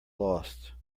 lost